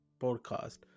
podcast